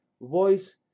voice